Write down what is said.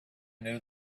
knew